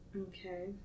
Okay